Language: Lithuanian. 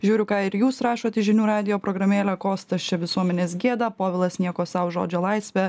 žiūriu ką ir jūs rašot į žinių radijo programėlę kostas čia visuomenės gėda povilas nieko sau žodžio laisvė